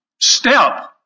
step